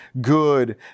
good